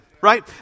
right